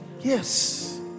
yes